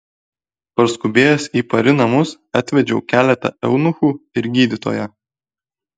parskubėjęs į pari namus atvedžiau keletą eunuchų ir gydytoją